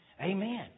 Amen